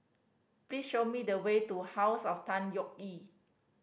please show me the way to House of Tan Yeok Nee